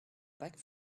back